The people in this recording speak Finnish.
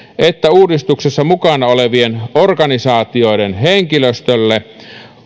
että uudistuksessa mukana olevien organisaatioiden henkilöstölle